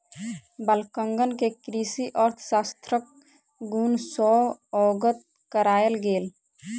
बालकगण के कृषि अर्थशास्त्रक गुण सॅ अवगत करायल गेल